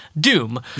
Doom